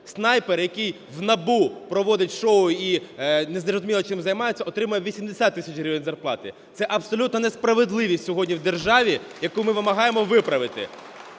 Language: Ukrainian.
снайпер, який в НАБУ проводить шоу і незрозуміло чим займається, отримує 80 тисяч гривень зарплати. Це абсолютна несправедливість сьогодні в державі, яку ми вимагаємо виправити.